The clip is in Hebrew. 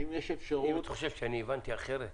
אתה חושב שהבנתי אחרת?